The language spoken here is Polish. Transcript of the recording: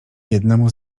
biednemu